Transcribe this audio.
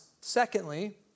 Secondly